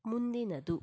ಮುಂದಿನದು